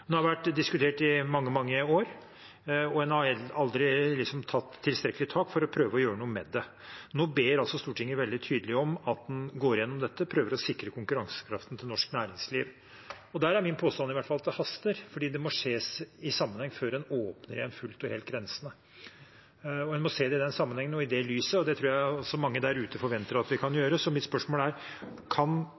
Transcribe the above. har vært diskutert i mange, mange år, og en har aldri tatt tilstrekkelig tak for å prøve å gjøre noe med det. Nå ber Stortinget veldig tydelig om at en går gjennom dette og prøver å sikre konkurransekraften til norsk næringsliv. Der er i hvert fall min påstand at det haster, for det må skje i en sammenheng – før en åpner grensene fullt og helt igjen. En må se det i den sammenhengen og i det lyset, og det tror jeg også mange der ute forventer at vi kan gjøre. Mitt spørsmål er: Kan